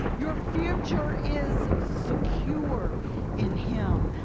your future is secure in him.